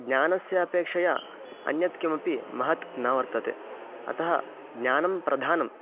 ज्ञानस्य अपेक्षया अन्यत् किमपि महत् न वर्तते अतः ज्ञानं प्रधानं